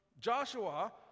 Joshua